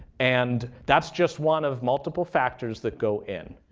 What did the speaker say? and that's just one of multiple factors that go in.